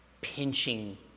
pinching